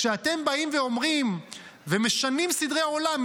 כשאתם באים ומשנים סדרי עולם,